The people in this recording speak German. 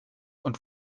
und